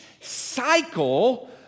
cycle